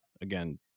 Again